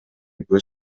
көз